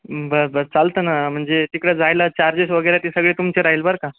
बर बर चालतं ना म्हणजे तिकडं जायला चार्जेस वगैरे ते सगळे तुमचे राहील बर का